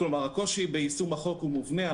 הקושי ביישום החוק הוא מובנה.